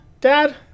Dad